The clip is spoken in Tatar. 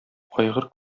айгыр